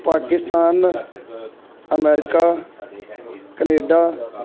Pakistan America Canada